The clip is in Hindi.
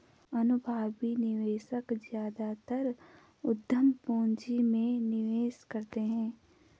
अनुभवी निवेशक ज्यादातर उद्यम पूंजी में निवेश करते हैं